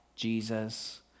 Jesus